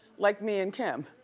like me and kim,